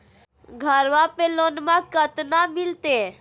घरबा पे लोनमा कतना मिलते?